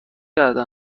کرده